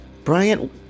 Bryant